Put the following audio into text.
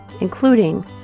including